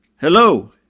Hello